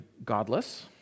godless